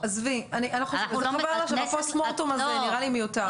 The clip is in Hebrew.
עזבי, הפוסט מורטם הזה נראה לי מיותר.